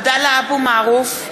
(קוראת בשמות חברי הכנסת) עבדאללה אבו מערוף,